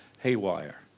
haywire